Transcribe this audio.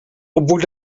obwohl